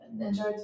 enjoyed